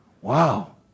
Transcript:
wow